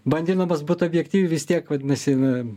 bandydamas būt objektyviu vis tiek vadinasi